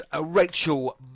Rachel